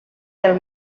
del